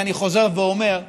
ואני חוזר ואומר,